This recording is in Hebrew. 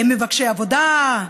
הם מבקשי עבודה,